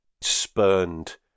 spurned